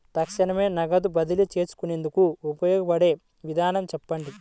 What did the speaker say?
తక్షణమే నగదు బదిలీ చేసుకునేందుకు ఉపయోగపడే విధానము చెప్పండి?